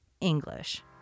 English